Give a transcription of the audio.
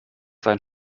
sein